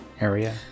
area